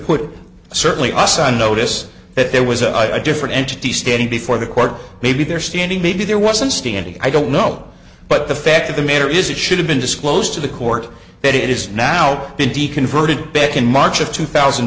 put certainly us on notice that there was a different entity standing before the court maybe there standing maybe there wasn't standing i don't know but the fact of the matter is it should have been disclosed to the court that it is now been de converted back in march of two thousand